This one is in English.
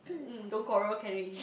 mm don't quarrel can already